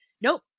nope